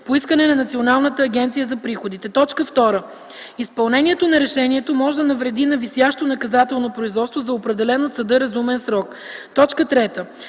по искане на Националната агенция за приходите; 2. изпълнението на решението може да навреди на висящо наказателно производство – за определен от съда разумен срок; 3.